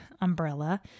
umbrella